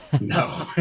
No